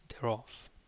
thereof